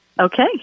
Okay